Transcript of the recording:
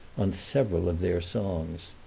on several of their songs.